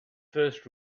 first